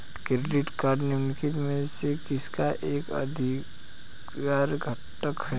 Credit card निम्नलिखित में से किसका एक अनिवार्य घटक है?